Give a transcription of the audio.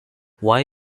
why